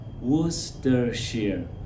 Worcestershire